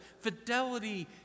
fidelity